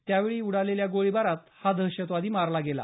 त्यावेळी उडालेल्या गोळीबारात हा दहशतवादी मारला गेला